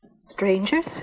Strangers